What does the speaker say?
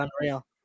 unreal